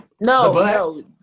No